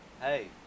hey